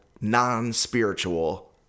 non-spiritual